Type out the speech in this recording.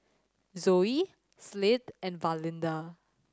Zoe Slade and Valinda